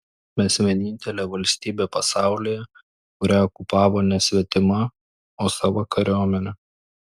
mes vienintelė valstybė pasaulyje kurią okupavo ne svetima o sava kariuomenė